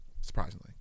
Surprisingly